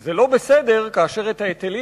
זה גם בהחלט לא בסדר כאשר את ההיטלים